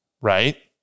Right